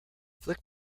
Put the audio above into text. flick